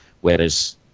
whereas